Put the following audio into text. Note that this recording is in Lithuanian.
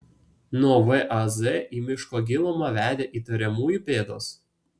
nuo vaz į miško gilumą vedė įtariamųjų pėdos